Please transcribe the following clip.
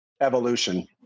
evolution